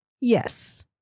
Yes